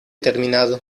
terminado